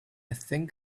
think